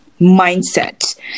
mindset